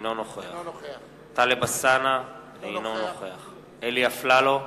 אינו נוכח טלב אלסאנע, אינו נוכח אלי אפללו,